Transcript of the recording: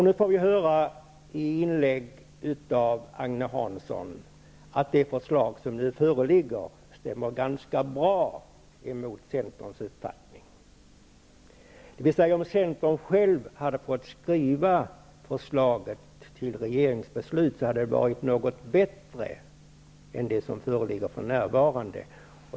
Nu får vi höra i inlägg av Agne Hansson att det förslag som nu föreligger stämmer ganska bra med Centerns uppfattning, dvs. om Centern själv hade fått skriva förslaget till regeringsbeslut hade det varit något bättre än det förslag som föreligger för närvarande.